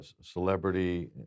celebrity